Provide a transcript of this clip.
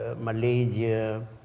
Malaysia